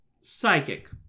psychic